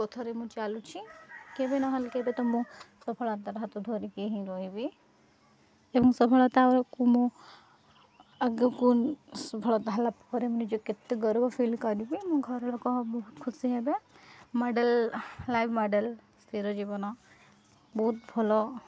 ପଥରେ ମୁଁ ଚାଲୁଛି କେବେ ନହେଲେ କେବେ ତ ମୁଁ ସଫଳତାର ହାତ ଧରିକି ହିଁ ରହିବି ଏବଂ ସଫଳତାଳକୁ ମୁଁ ଆଗକୁ ସଫଳତା ହେଲା ପରେ ମୁଁ ନିଜ କେତେ ଗର୍ବ ଫିଲ୍ କରିବି ମୋ ଘର ଲୋକ ବହୁତ ଖୁସି ହେବେ ମଡ଼େଲ୍ ଲାଇଭ୍ ମଡ଼େଲ୍ ସ୍ଥିର ଜୀବନ ବହୁତ ଭଲ